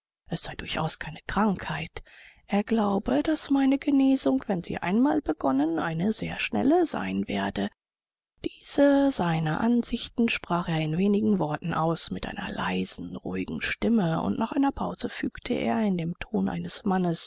es sei durchaus keine krankheit er glaube daß meine genesung wenn sie einmal begonnen eine sehr schnelle sein werde diese seine ansichten sprach er in wenigen worten aus mit einer leisen ruhigen stimme und nach einer pause fügte er in dem ton eines mannes